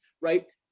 right